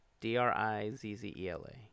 D-R-I-Z-Z-E-L-A